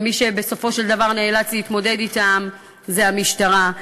ומי שבסופו של דבר נאלץ להתמודד אתם זה המשטרה.